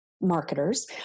marketers